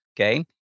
okay